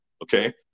Okay